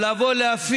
אבל לבוא ולהפיץ